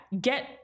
get